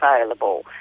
available